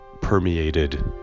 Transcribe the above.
permeated